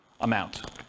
amount